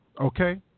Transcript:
Okay